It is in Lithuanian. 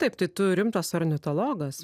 taip turi tas ornitologas